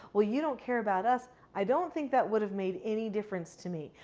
well you don't care about us. i don't think that would have made any difference to me.